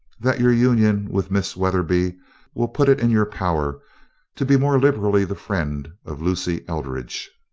that your union with miss weatherby will put it in your power to be more liberally the friend of lucy eldridge.